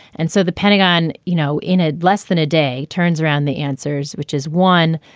and so the pentagon, you know, in a less than a day turns around the answers, which is one.